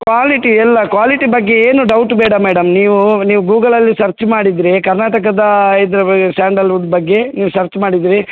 quality ಎಲ್ಲ quality ಬಗ್ಗೆ ಏನು ಡೌಟು ಬೇಡ ಮೇಡಮ್ ನೀವು ನೀವು ಗೂಗಲಲ್ಲಿ ಸರ್ಚ್ ಮಾಡಿದರೆ ಕರ್ನಾಟಕದ ಇದು ಬಗೆ ಸ್ಯಾಂಡಲ್ ವುಡ್ ಬಗ್ಗೆ ನೀವು ಸರ್ಚ್ ಮಾಡಿದರೆ